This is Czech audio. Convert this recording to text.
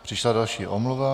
Přišla další omluva.